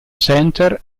center